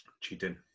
cheating